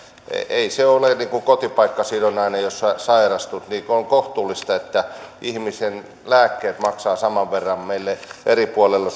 ei se ole kotipaikkasidonnainen jos sairastut niin on kohtuullista että ihmisen lääkkeet maksavat saman verran meille eri puolilla